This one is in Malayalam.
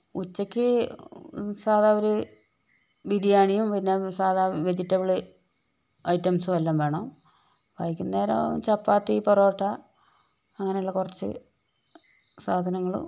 ഉച്ചയ്ക്ക് സാദാ ഒരു ബിരിയാണിയും പിന്നെ സാദാ വെജിറ്റബിൾ ഐറ്റംസ് എല്ലാം വേണം വൈകുന്നേരം ചപ്പാത്തി പൊറോട്ട അങ്ങനെയുള്ള കുറച്ച് സാധനങ്ങളും